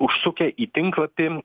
užsukę į tinklapį